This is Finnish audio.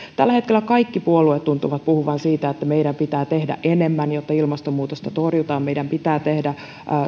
tällä hetkellä kaikki puolueet tuntuvat puhuvan siitä että meidän pitää tehdä enemmän jotta ilmastonmuutosta torjutaan meidän pitää tehdä